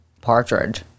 Partridge